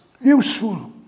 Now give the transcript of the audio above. Useful